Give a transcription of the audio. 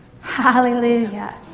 Hallelujah